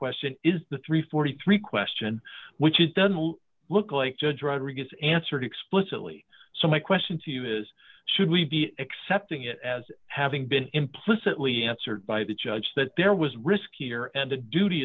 question is the three hundred and forty three question which is done will look like judge rodriguez answered explicitly so my question to you is should we be accepting it as having been implicitly answered by the judge that there was risk here and the duty